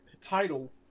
Title